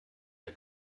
der